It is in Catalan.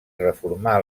reformà